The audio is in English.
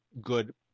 good